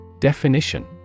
definition